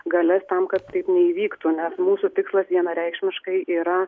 galias tam kad taip neįvyktų nes mūsų tikslas vienareikšmiškai yra